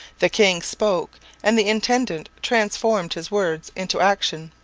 the king spoke and the intendant transformed his words into action.